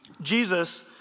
Jesus